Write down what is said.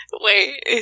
Wait